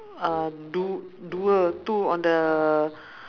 uh du~ dua two on the